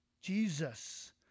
Jesus